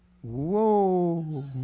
Whoa